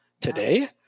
today